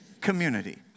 community